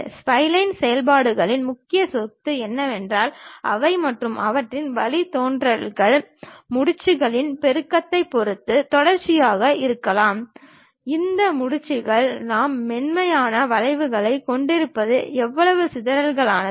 spline செயல்பாடுகளின் முக்கிய சொத்து என்னவென்றால் அவை மற்றும் அவற்றின் வழித்தோன்றல்கள் முடிச்சுகளின் பெருக்கத்தைப் பொறுத்து தொடர்ச்சியாக இருக்கலாம் இந்த முடிச்சுகள் நாம் மென்மையான வளைவுகளைக் கொண்டிருப்பது எவ்வளவு சிக்கலானது